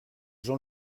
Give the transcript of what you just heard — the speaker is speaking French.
jean